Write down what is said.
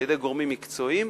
אלא על-ידי גורמים מקצועיים,